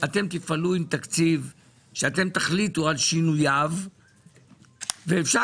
תפעלו עם תקציב שאתם תחליטו על שינוייו ואפשר